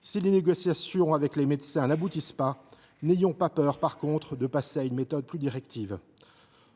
Si les négociations avec les médecins n’aboutissent pas, n’ayons pas peur de passer à une méthode plus directive.